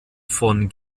von